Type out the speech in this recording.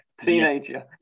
teenager